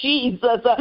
Jesus